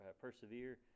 persevere